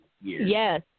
Yes